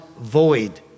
void